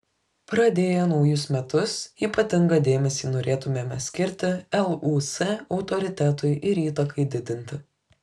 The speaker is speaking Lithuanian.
pradėję naujus metus ypatingą dėmesį norėtumėme skirti lūs autoritetui ir įtakai didinti